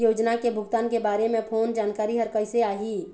योजना के भुगतान के बारे मे फोन जानकारी हर कइसे आही?